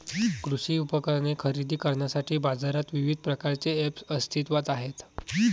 कृषी उपकरणे खरेदी करण्यासाठी बाजारात विविध प्रकारचे ऐप्स अस्तित्त्वात आहेत